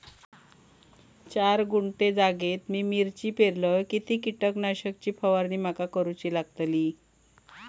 चार गुंठे जागेत मी मिरची पेरलय किती कीटक नाशक ची फवारणी माका करूची लागात?